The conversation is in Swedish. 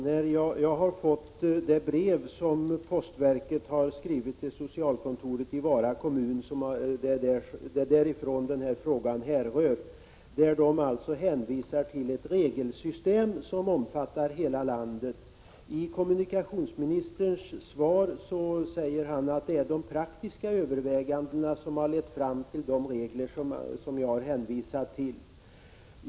Herr talman! Jag har fått det brev som postverket har skrivit till socialkontoret i Vara kommun — det är därifrån som den här frågan härrör. Där hänvisar postverket till ett regelsystem som omfattar hela landet. I kommunikationsministerns svar säger han att det är de praktiska övervägandena som har lett fram till de regler som jag har hänvisat till.